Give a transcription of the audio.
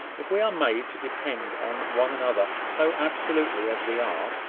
if we are made to depend on one another so absolutely as we are,